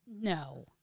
No